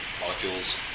molecules